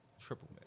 Triple